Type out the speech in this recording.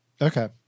Okay